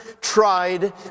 tried